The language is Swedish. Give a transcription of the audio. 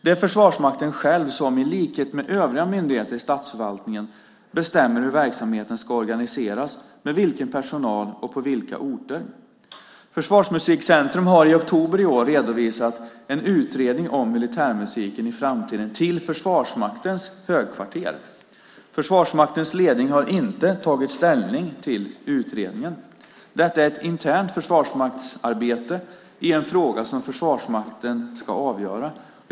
Det är Försvarsmakten själv som, i likhet med övriga myndigheter i statsförvaltningen, bestämmer hur verksamheten ska organiseras, med vilken personal och på vilka orter. Försvarsmusikcentrum har i oktober i år redovisat en utredning om militärmusiken i framtiden till Försvarsmaktens högkvarter. Försvarsmaktens ledning har inte tagit ställning till utredningen. Detta är ett internt försvarsmaktsarbete i en fråga som Försvarsmakten ska avgöra.